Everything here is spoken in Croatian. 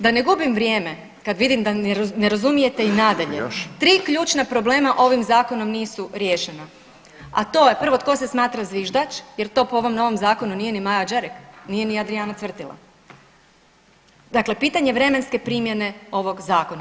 Da ne gubim vrijeme kad vidim da ne razumijete i nadalje, 3 ključna problema ovim zakonom nisu riješena, a to je prvo tko se smatra zviždač jer to po ovom novom zakonu nije ni Maja Đerek, nije ni Adrijana Cvrtila, dakle pitanje vremenske primjene ovog zakona.